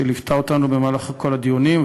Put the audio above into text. שליוותה אותנו בכל הדיונים,